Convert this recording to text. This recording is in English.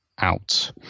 out